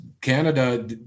canada